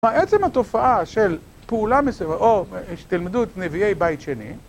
... עצם התופעה של פעולה מסוימת, או, כשתלמדו את נביאי בית שני...